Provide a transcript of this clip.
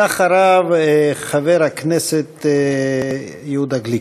אחריו, חבר הכנסת יהודה גליק.